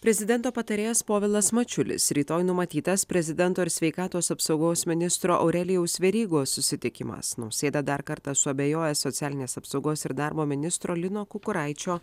prezidento patarėjas povilas mačiulisrytoj numatytas prezidento ir sveikatos apsaugos ministro aurelijaus verygos susitikimas nausėda dar kartą suabejoja socialinės apsaugos ir darbo ministro lino kukuraičio